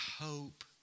hope